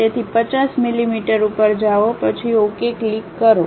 તેથી 50 મિલિમીટર જાઓ પછી ઓકે ક્લિક કરો